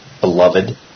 beloved